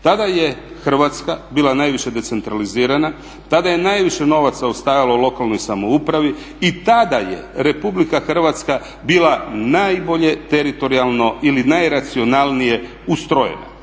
Tada je Hrvatska bila najviše decentralizirana, tada je najviše novaca ostajalo lokalnoj samoupravi i tada je RH bila najbolje teritorijalno ili najracionalnije ustrojena.